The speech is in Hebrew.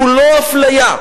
כולו אפליה,